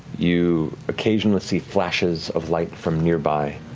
you occasionally see flashes of light from nearby,